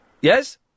Yes